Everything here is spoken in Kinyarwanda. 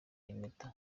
impeta